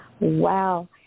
Wow